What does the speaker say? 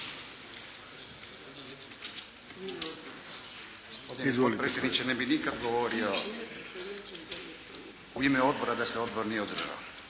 Hvala vama